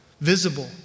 visible